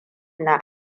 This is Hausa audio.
na